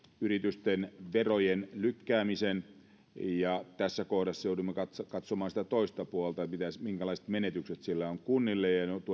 yritysten verojen lykkäämisen tässä kohdassa joudumme katsomaan katsomaan sitä toista puolta että minkälaiset menetykset siitä on kunnille